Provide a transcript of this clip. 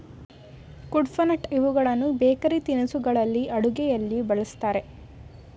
ಕುಡ್ಪನಟ್ ಇವುಗಳನ್ನು ಬೇಕರಿ ತಿನಿಸುಗಳಲ್ಲಿ, ಅಡುಗೆಯಲ್ಲಿ ಬಳ್ಸತ್ತರೆ